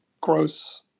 gross